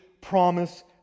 promise